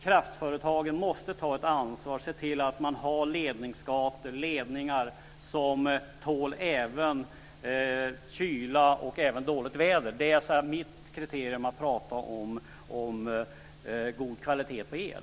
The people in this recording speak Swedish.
Kraftföretagen måste ta ett ansvar och se till att de har ledningsgator och ledningar som tål även kyla och dåligt väder. Det är mitt kriterium för god kvalitet på el.